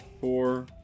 four